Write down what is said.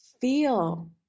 Feel